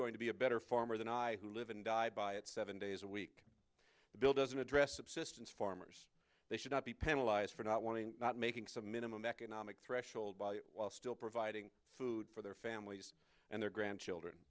going to be a better farmer than i who live and die by it seven days a week bill doesn't address subsistence farmers they should not be penalize for not wanting not making some minimum economic threshold value while still providing food for their families and their grandchildren